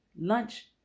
lunch